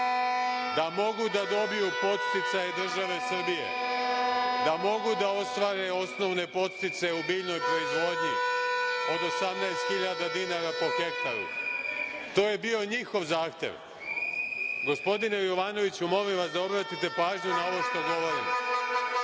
da mogu da dobiju podsticaje države Srbije, da mogu da ostvare osnovne podsticaje u biljnoj proizvodnji od 18 hiljada dinara po hektaru. To je bio njihov zahtev. Gospodine Jovanoviću, molim vas da obratite pažnju na ovo što govorim.